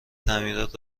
تعمیرات